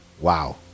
wow